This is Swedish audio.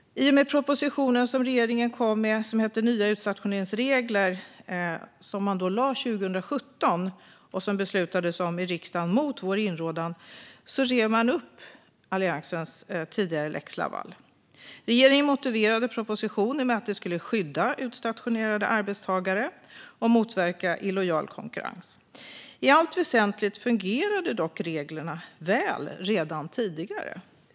I och med regeringens proposition Nya utstationeringsregler , som regeringen lade fram 2017 och som beslutades om i riksdagen mot vår inrådan, rev man upp Alliansens tidigare lex Laval. Regeringen motiverade propositionen med att detta skulle skydda utstationerade arbetstagare och motverka illojal konkurrens. I allt väsentligt fungerade dock reglerna väl redan tidigare.